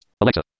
Alexa